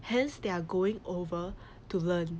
hence there are going over to learn